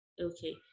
okay